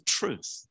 truth